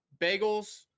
bagels